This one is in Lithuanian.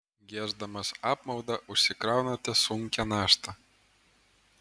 gieždamas apmaudą užsikraunate sunkią naštą